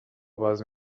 باز